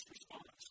response